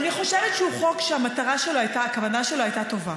אני חושבת שהוא חוק שהכוונה שלו הייתה טובה.